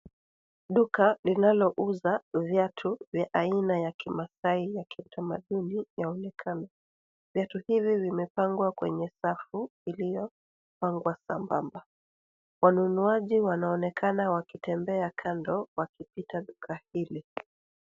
Duka linalouza viatu aina vya aina ya kimasai na kitamaduni yanaonekana. Viatu hivi vimepangwa kwenye rafu iliyopangwa sambamba. Wanunuaji wanaonekana wakitembea kando wakipitia duka hili.